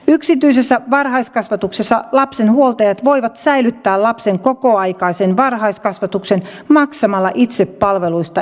yksityisessä varhaiskasvatuksessa lapsen huoltajat voivat säilyttää lapsen kokoaikaisen varhaiskasvatuksen maksamalla itse palveluista enemmän